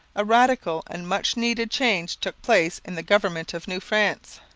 a radical and much-needed change took place in the government of new france.